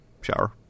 shower